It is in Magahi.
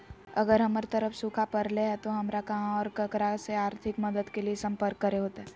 अगर हमर तरफ सुखा परले है तो, हमरा कहा और ककरा से आर्थिक मदद के लिए सम्पर्क करे होतय?